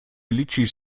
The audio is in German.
litschis